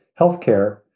healthcare